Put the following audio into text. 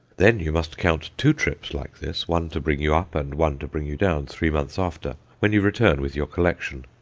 then you must count two trips like this, one to bring you up, and one to bring you down three months after, when you return with your collection.